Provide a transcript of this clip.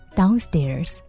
downstairs